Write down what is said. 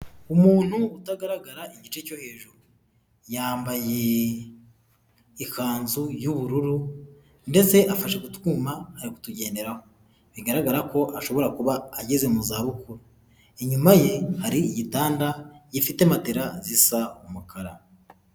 Umuntu utagaragara igice cyo hejuru yambaye ikanzu y'ubururu ndetse afashe ku twuma ari kutugenderaraho, bigaragara ko ashobora kuba ageze mu za bukuru, inyuma ye hari igitanda gifite matera zisa umukara.